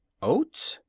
oats?